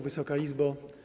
Wysoka Izbo!